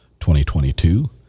2022